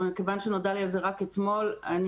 אבל כיוון שנודע לי על זה רק אתמול אני